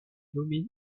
nommée